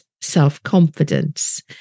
self-confidence